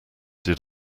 did